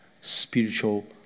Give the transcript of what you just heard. spiritual